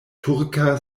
turka